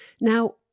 Now